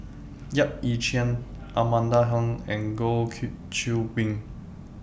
Yap Ee Chian Amanda Heng and Goh Qiu Bin